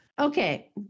Okay